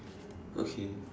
okay